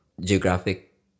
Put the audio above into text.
geographic